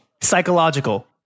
Psychological